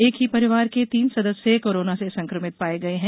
एक ही परिवार के तीन सदस्य कोरोना से संक्रमित पाए गए हैं